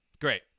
Great